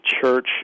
church